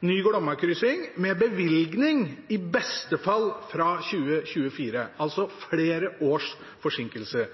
ny Glommakryssing med bevilgning i beste fall fra 2024, altså flere års forsinkelse.